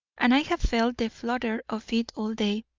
and i have felt the flutter of it all day.